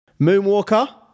Moonwalker